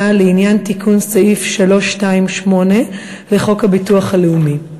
לעניין תיקון סעיף 328 לחוק הביטוח הלאומי.